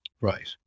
right